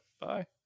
bye